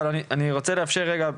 אבל אני רוצה לאפשר רגע,